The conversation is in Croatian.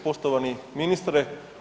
Poštovani ministre.